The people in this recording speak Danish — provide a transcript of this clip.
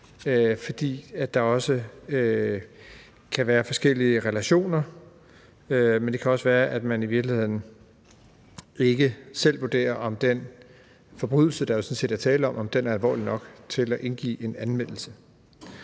fordi der også kan være forskellige relationer. Det kan også være, at man i virkeligheden ikke selv vurderer, at den forbrydelse, der sådan set er tale om, er alvorlig nok til at indgive en anmeldelse